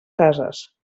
cases